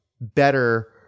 better